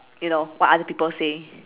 you know what other people say